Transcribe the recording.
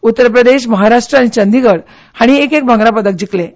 उत्तर प्रदेश महाराष्ट्र आनी चंदीगड हांणी एक भांगरा पदक जिखलें